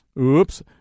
Oops